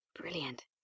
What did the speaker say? Brilliant